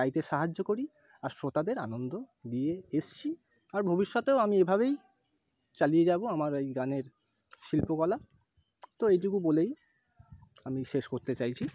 গাইতে সাহায্য করি আর শ্রোতাদের আনন্দ দিয়ে এসেছি আর ভবিষ্যতেও আমি এভাবেই চালিয়ে যাবো আমার এই গানের শিল্পকলা তো এইটুকু বলেই আমি শেষ করতে চাইছি